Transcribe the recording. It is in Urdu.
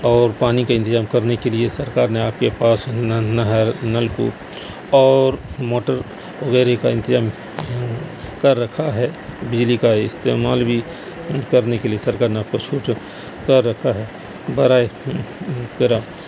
اور پانی کے انتظام کرنے کے لیے سرکار نے آپ کے پاس نہر نلکوپ اور موٹر وغیرہ کا انتظام کر رکھا ہے بجلی کا استعمال بھی کرنے کے لیے سرکار نے خود سوچا کر رکھا ہے